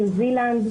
ניו-זילנד,